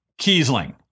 Kiesling